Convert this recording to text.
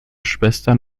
schwester